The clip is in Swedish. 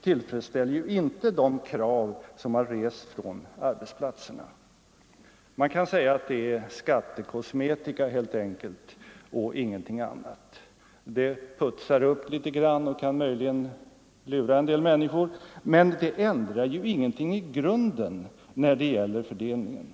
tillfredsställer ju inte heller de krav som har rests från arbetsplatserna. Man kan säga att det är skattekosmetika helt enkelt och ingenting annat. Det putsar upp litet grand och kan möjligen lura en del människor, men det ändrar ju ingenting i grunden när det gäller fördelningen.